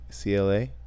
CLA